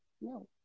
No